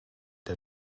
der